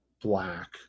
Black